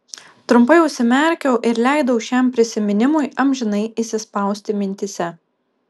trumpai užsimerkiau ir leidau šiam prisiminimui amžinai įsispausti mintyse